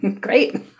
Great